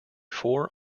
four